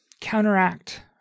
counteract